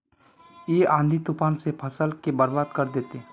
इ आँधी तूफान ते फसल के बर्बाद कर देते?